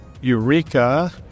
Eureka